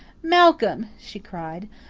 malcolm, she cried,